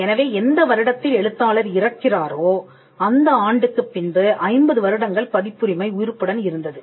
எனவே எந்த வருடத்தில் எழுத்தாளர் இறக்கிறாரோ அந்த ஆண்டுக்குப் பின்பு 50 வருடங்கள் பதிப்புரிமை உயிர்ப்புடன் இருந்தது